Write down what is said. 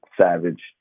savage